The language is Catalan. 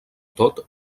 tot